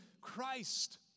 Christ